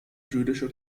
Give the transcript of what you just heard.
jüdische